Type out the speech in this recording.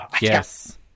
yes